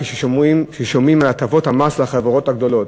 כשהם שומעים על הטבות המס לחברות הגדולות.